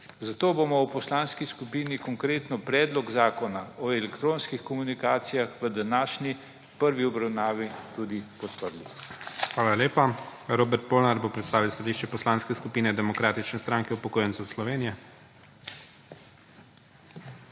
zato bomo v Poslanski skupini Konkretno Predlog zakona o elektronskih komunikacijah v današnji prvi obravnavi tudi podprli. **PREDSEDNIK IGOR ZORČIČ:** Hvala lepa. Robert Polnar bo predstavil stališče Poslanske skupine Demokratične stranke upokojencev Slovenije.